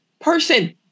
person